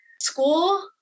School